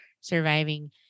surviving